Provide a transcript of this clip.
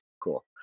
cool